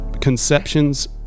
conceptions